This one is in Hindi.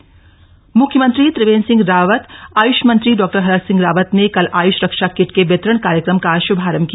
आयुष रक्षा किट म्ख्यमंत्री त्रिवेंद्र सिंह रावत आयुष मंत्री डॉ हरक सिंह रावत ने कल आयुष रक्षा किट के वितरण कार्यक्रम का श्भारंभ किया